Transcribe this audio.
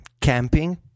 camping